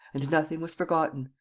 and nothing was forgotten.